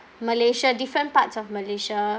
malaysia different parts of malaysia